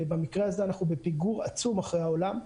במקרה הזה אנחנו בפיגור עצום אחרי העולם.